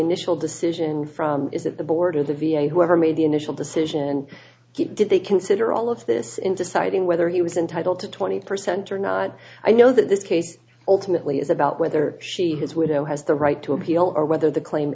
initial decision from is it the board of the v a whoever made the initial decision and get did they consider all of this in deciding whether he was entitled to twenty percent or not i know that this case ultimately is about whether she his widow has the right to appeal or whether the claim